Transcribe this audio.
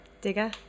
Digger